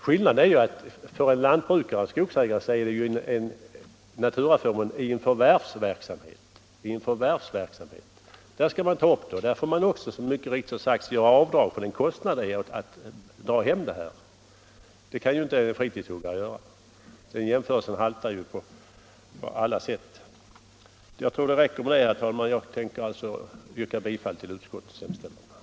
Skillnaden är ju den att för en lantbrukare eller skogsägare är det en naturaförmån i en förvärvsverksamhet. Där skall man ta upp den förmånen, och där får man som sagt också göra avdrag för kostnaderna att forsla hem bränslet. Det kan ju inte en fritidshuggare göra. Den jämförelsen haltar därför. Herr talman! Jag tror att det räcker med det anförda, och jag yrkar bifall till utskottets hemställan.